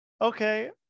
okay